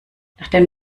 nachdem